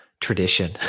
tradition